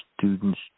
students